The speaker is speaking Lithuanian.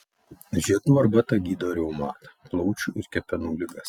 žiedų arbata gydo reumatą plaučių ir kepenų ligas